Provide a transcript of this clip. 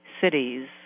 cities